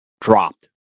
dropped